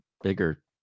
bigger